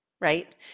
Right